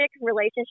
relationship